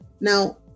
Now